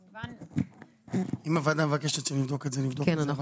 אם הוועדה מבקשת שנבדוק את זה, נבדוק את זה.